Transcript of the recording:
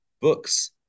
books